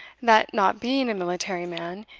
that, not being a military man,